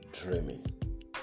dreaming